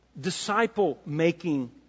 disciple-making